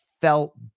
felt